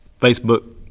Facebook